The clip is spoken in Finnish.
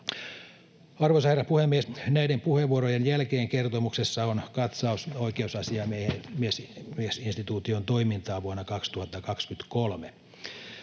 Arvoisa herra puhemies! Näiden puheenvuorojen jälkeen kertomuksessa on katsaus oikeusasiamiesinstituution toimintaan vuonna 2023.